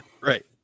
right